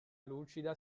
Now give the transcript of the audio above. lucida